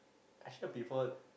actually I prefer